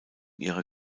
ihrer